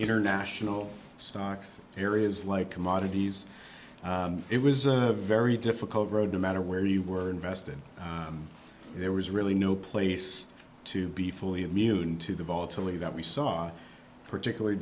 international stocks areas like commodities it was a very difficult road to matter where you were invested there was really no place to be fully immune to the volatility that we saw particularly